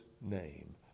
name